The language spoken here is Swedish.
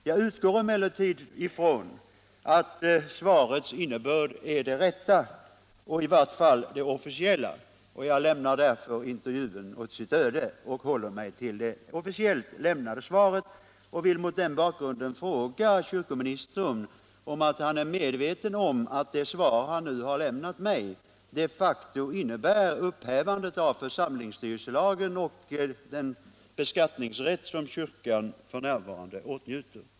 Jag utgår emellertid från att svarets innebörd är den rätta och att det i vart fall är den officiella beskrivningen, och jag lämnar därför intervjun åt sitt öde och håller mig till det officiellt lämnade svaret. Mot den bakgrunden vill jag fråga kyrkoministern om han är medveten om att det svar han nu har lämnat mig de facto innebär upphävande av församlingsstyrelselagen och den beskattningsrätt som kyrkan f.n. åtnjuter.